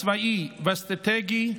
הצבאי והאסטרטגי,